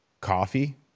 Coffee